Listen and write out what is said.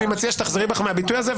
אני מציע שתחזרי בך מהביטוי הזה,